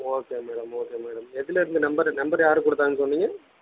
okay madam okay madam எதிலேருந்து number number யார் கொடுத்தான்னு சொன்னீங்க